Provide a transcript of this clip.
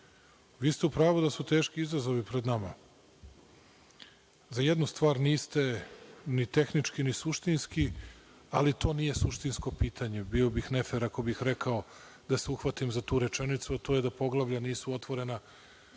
ste u pravu da su teški izazovi pred nama. Za jednu stvar niste ni tehnički, ni suštinski, ali to nije suštinsko pitanje. Bio bih nefer ako bih rekao, da se uhvatim za tu rečenicu, a to je da poglavlja nisu otvorena